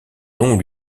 nom